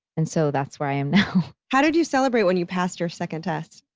and so that's where i am now. how did you celebrate when you passed your second test?